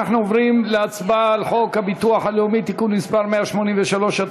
אנחנו עוברים להצבעה על חוק הביטוח הלאומי (תיקון מס' 183),